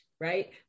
right